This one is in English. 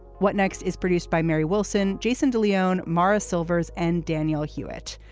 what next is produced by mary wilson jason de leon morris silvers and daniel hewett.